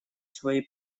свои